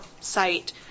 site